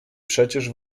przecież